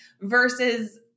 versus